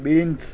beans